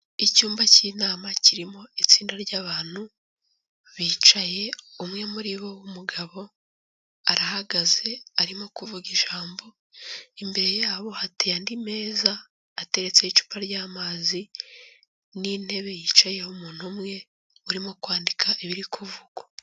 Icyumba cy'inama kirimo itsinda ry'abantu bicaye, umwe muri bo w'umugabo arahagaze arimo kuvuga ijambo, imbere y'abo hateye andi meza ateretseho icupa ry'amazi n'intebe yicayeho umuntu umwe urimo kwandika ibiri kuvugwa.